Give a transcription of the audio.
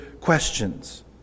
questions